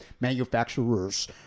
manufacturers